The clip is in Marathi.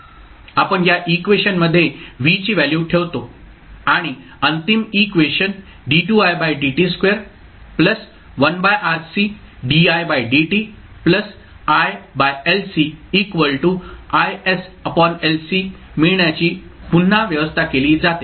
आपण या इक्वेशनमध्ये v ची व्हॅल्यू ठेवतो आणि अंतिम इक्वेशन मिळण्याची पुन्हा व्यवस्था केली जाते